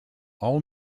all